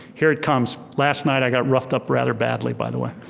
here it comes, last night i got roughed up rather badly, by the way.